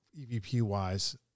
EVP-wise